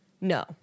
no